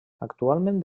actualment